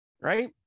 right